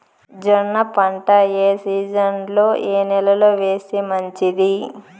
జొన్న పంట ఏ సీజన్లో, ఏ నెల లో వేస్తే మంచిది?